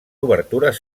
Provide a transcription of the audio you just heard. obertures